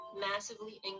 massively